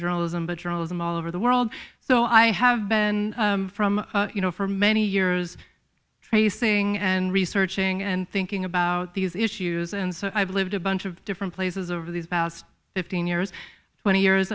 journalism but journalism all over the world so i have been from you know for many years raising and researching and thinking about these issues and so i've lived a bunch of different places of these past fifteen years twenty years